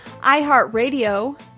iHeartRadio